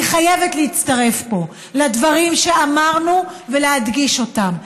אני חייבת להצטרף פה לדברים שאמרנו ולהדגיש אותם: